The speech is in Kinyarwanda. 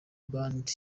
band